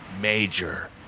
major